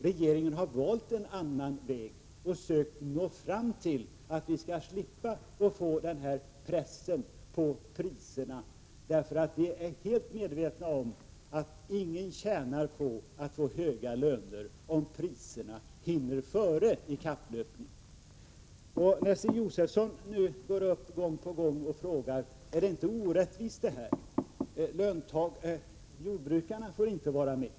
Regeringen valde en annan väg och sökte slippa pressen på priserna. Vi är helt medvetna om att ingen tjänar på att få höga löner om priserna hinner före i kapplöpningen. Stig Josefson går gång på gång upp och frågar om inte detta är ett orättvist förslag, eftersom jordbrukarna inte får vara med.